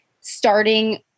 starting